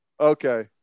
Okay